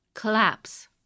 Collapse